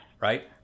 right